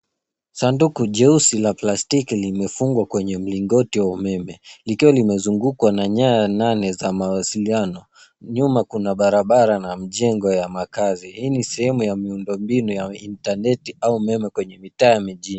Sanduku jeusi la plastiki limefungwa kwenye mlingoti wa umeme. Likiwa limezungukwa na nyaya nane za mawasiliano. Nyuma kuna barabara na mjengo ya makazi. Hii ni sehemu ya miundombinu ya intaneti au umeme kwenye mitaa ya mijini.